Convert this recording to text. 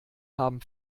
haben